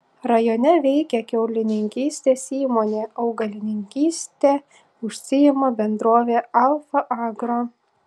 rajone veikia kiaulininkystės įmonė augalininkyste užsiima bendrovė alfa agro